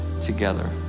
together